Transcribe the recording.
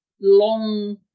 long